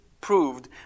proved